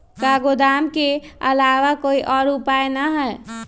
का गोदाम के आलावा कोई और उपाय न ह?